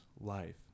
life